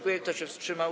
Kto się wstrzymał?